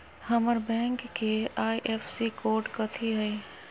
हमर बैंक के IFSC code कथि हई?